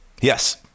Yes